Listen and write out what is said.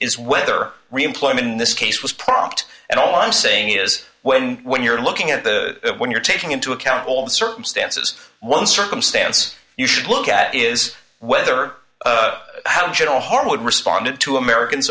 is whether reemployment in this case was prompt and all i'm saying is when when you're looking at the when you're taking into account all the circumstances one circumstance you should look at is whether how do you know harwood responded to americans